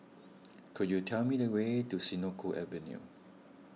could you tell me the way to Senoko Avenue